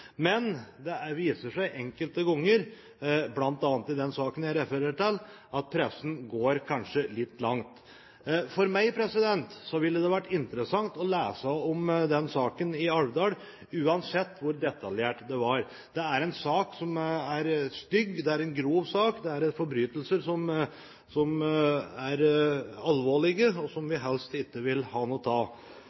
Men det viser seg enkelte ganger, bl.a. i den saken jeg refererer til, at pressen kanskje går litt langt. For meg ville det vært interessant å lese om den saken i Alvdal uansett hvor detaljert den var. Det er en stygg sak; det er en grov sak. Det er alvorlige forbrytelser som vi helst ikke vil ha noe